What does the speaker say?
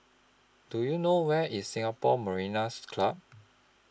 Do YOU know Where IS Singapore Mariners' Club